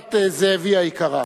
משפחת זאבי היקרה,